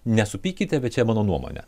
nesupykite bet čia mano nuomonė